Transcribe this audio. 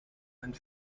and